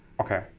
Okay